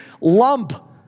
lump